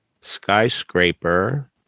Skyscraper